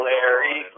Larry